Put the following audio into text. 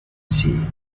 sea